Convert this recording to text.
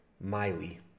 Miley